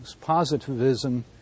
positivism